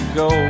go